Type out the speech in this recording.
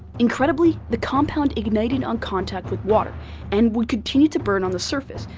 incredibly, the compound ignited on contact with water and would continue to burn on the surface,